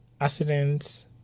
accidents